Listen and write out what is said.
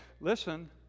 listen